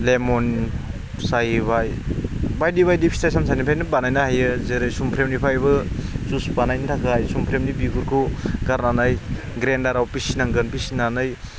lemon जाहैबाय बायदि बायदि फिथाइ सामथायजों बानायनो हायो जेरै सुमफ्रामनिफ्रायबो जुइस बानायनो थाखाय सुमफ्रामनि बिगुरखौ गारनानै ग्राइन्डाराव फिसि नांगोन फिसिनानै